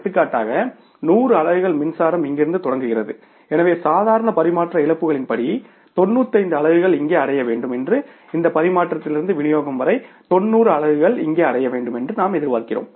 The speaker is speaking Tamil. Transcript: எடுத்துக்காட்டாக 100 அலகுகள் மின்சாரம் இங்கிருந்து தொடங்குகிறது எனவே சாதாரண பரிமாற்ற இழப்புகளின்படி 95 அலகுகள் இங்கு அடைய வேண்டும் என்றும் இந்த பரிமாற்றத்திலிருந்து விநியோகம் வரை 90 அலகுகள் இங்கு அடைய வேண்டும் என்றும் நாம் எதிர்பார்க்கிறோம்